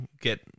get